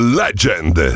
legend